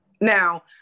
now